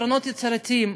פתרונות יצירתיים,